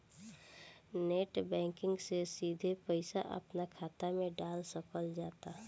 net banking से सिधे पईसा अपना खात मे डाल सकल जाता